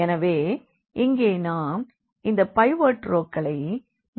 எனவே இங்கே நாம் இந்த பைவோட் ரோக்களை மேலே எடுக்கிறோம்